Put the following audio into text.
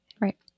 right